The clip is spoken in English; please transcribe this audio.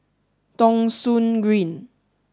Thong Soon Green